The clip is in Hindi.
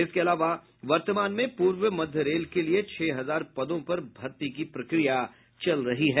इसके अलावा वर्तमान में पूर्व मध्य रेल के लिए छह हजार पदों पर भर्ती की प्रक्रिया जारी है